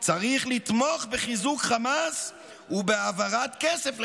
צריך לתמוך בחיזוק חמאס ובהעברת כסף לחמאס",